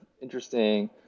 interesting